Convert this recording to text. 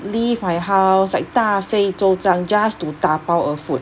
leave my house like 大费周章 just to dabao a food